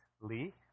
Lee